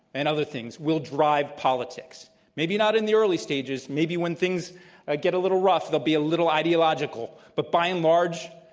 and other things will drive politics, maybe not in the early stages, maybe when things ah get a little rough they'll be a little ideological, but, by and large,